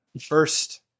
First